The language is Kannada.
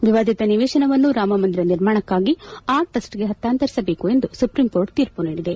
ವಿವಾದಿತ ನಿವೇಶನವನ್ನು ರಾಮಮಂದಿರ ನಿರ್ಮಾಣಕ್ಕಾಗಿ ಆ ಟ್ರಸ್ಟ್ಗೆ ಹಸ್ತಾಂತರಿಸಬೇಕು ಎಂದು ಸುಪ್ರೀಂಕೋರ್ಟ್ ತೀರ್ಮ ನೀಡಿದೆ